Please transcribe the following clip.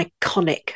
iconic